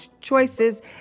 choices